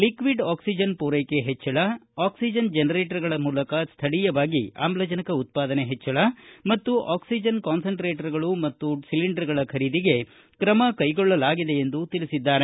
ಲಿಕ್ಟಿಡ್ oxygen ಪೂರೈಕೆ ಹೆಚ್ಚಳ oxygen ಜನರೇಟರುಗಳ ಮೂಲಕ ಸ್ವಳೀಯವಾಗಿ ಅಮ್ಲಜನಕ ಉತ್ಪಾದನೆ ಹೆಚ್ವಳ ಮತ್ತು ಅಕ್ಲಿಜನ್ ಕಾನ್ಸಂಟ್ರೇಟರುಗಳು ಮತ್ತು ಸಿಲಿಂಡರ್ಗಳ ಖರೀದಿಗೆ ಕ್ರಮ ಕೈಗೊಳ್ಳಲಾಗಿದೆ ಎಂದು ತಿಳಿಸಿದ್ದಾರೆ